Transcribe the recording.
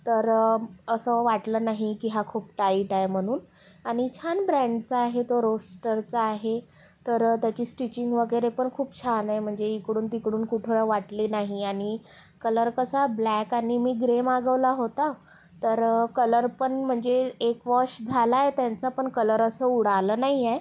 तर असं वाटलं नाही की हा खूप टाईट आहे म्हणून आणि छान ब्रँडचा आहे तो रोस्टरचा आहे तर त्याची स्टिचिंग वगैरे पण खूप छान आहे म्हणजे इकडून तिकडून कुठनं वाटली नाही आणि कलर कसा ब्लॅक आणि मी ग्रे मागवला होता तर कलर पण म्हणजे एक वॉश झाला आहे त्यांचा पण कलर असा उडाला नाही आहे